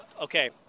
Okay